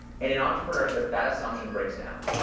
and in entrepreneurship, that assumption breaks down.